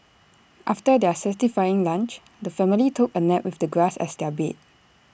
after their satisfying lunch the family took A nap with the grass as their bed